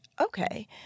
Okay